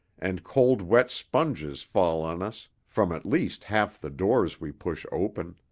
and cold wet sponges fall on us from at least half the doors we push open.